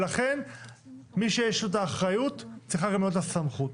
ולכן מי שיש לו את האחריות צריכה להיות לו גם הסמכות.